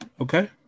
Okay